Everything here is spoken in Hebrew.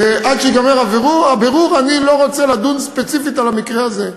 ועד שייגמר הבירור אני לא רוצה לדון ספציפית על המקרה הזה.